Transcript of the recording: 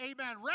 amen